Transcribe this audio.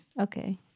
Okay